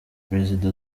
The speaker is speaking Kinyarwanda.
prezida